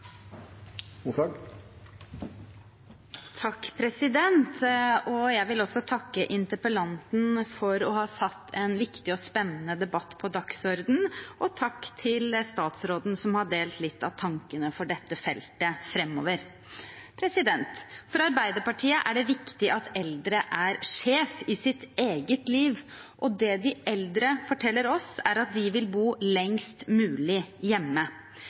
jeg vil takke interpellanten for å ha satt en viktig og spennende debatt på dagsordenen – og takk til statsråden, som har delt litt av tankene om dette feltet framover. For Arbeiderpartiet er det viktig at eldre er sjef i sitt eget liv. Det de eldre forteller oss, er at de vil bo hjemme lengst mulig.